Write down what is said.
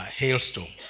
hailstorm